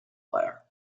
player